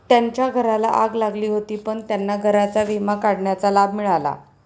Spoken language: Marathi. त्यांच्या घराला आग लागली होती पण त्यांना घराचा विमा काढण्याचा लाभ मिळाला